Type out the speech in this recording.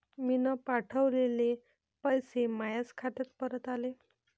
मीन पावठवलेले पैसे मायाच खात्यात परत आले